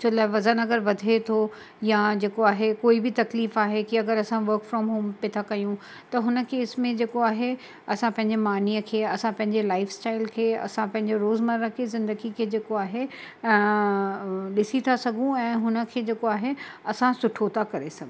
छो लाइ वज़न अगरि वधे थो यां जेको आहे कोई बि तक्लीफ़ु आहे कि अगरि असां वर्क फ़्रोम होम पिए था कयूं त हुन केस में जेको आहे असां पंहिंजे मानीअ खे असां पंहिंजे लाइफ़ स्टाइल खे असां पंहिंजो रोज़मर्हा खे ज़िंदगी खे जेको आहे ॾिसी था सघूं ऐं हुन खे जेको आहे असां सुठो था करे सघूं